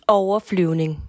overflyvning